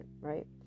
right